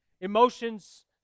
Emotions